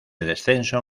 descenso